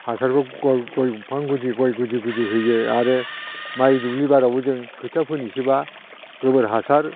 हासारखौ गय दंफां गुदि गय गुदि गुदि होयो आरो माइ दुब्लि बारियावबो जों खोथिया फोनिसैबा गोबोर हासार